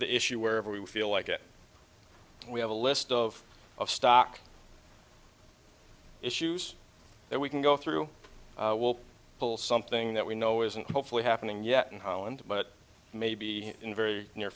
issue wherever we feel like it we have a list of of stock issues that we can go through will pull something that we know isn't hopefully happening yet in holland but maybe in very near